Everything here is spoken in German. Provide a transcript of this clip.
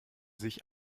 sich